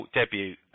debut